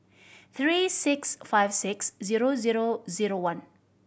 three six five six zero zero zero one